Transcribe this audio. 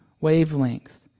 wavelength